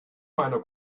meiner